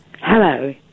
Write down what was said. Hello